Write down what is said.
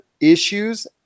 issues